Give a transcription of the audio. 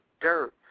dirt